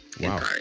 Wow